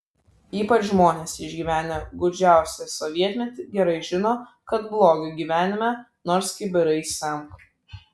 ypač žmonės išgyvenę gūdžiausią sovietmetį gerai žino kad blogio gyvenime nors kibirais semk